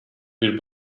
bir